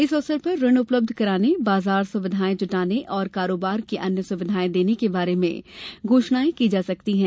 इस अवसर पर ऋण उपलब्ध कराने बाजार सुविधाएं जुटाने और कारोबार की अन्य सुविधाएं देने के बारे में घोषणाएं की जा सकती हैं